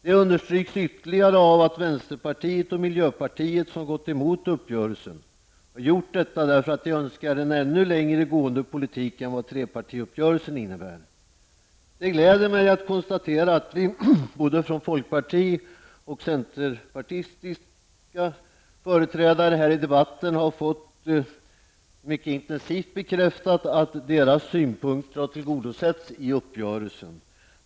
Det understryks ytterligare av att vänsterpartiet och miljöpartiet, som gått emot uppgörelsen, har gjort detta därför att de önskar en ännu längre gående politik än vad trepartiuppgörelsen innebär. Det gläder mig att konstatera att vi både från folkpartistiska och centerpartistiska företrädare här i debatten mycket intensivt har fått bekräftat att deras synpunkter har tillgodosetts i uppgörelsen.